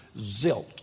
zilt